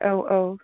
औ औ